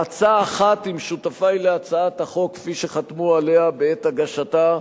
בהצעה אחת עם שותפי להצעת החוק כפי שחתמו עליה בעת הגשתה,